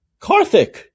karthik